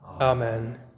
Amen